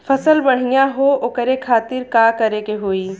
फसल बढ़ियां हो ओकरे खातिर का करे के होई?